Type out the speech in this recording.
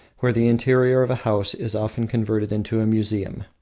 where the interior of a house is often converted into a museum.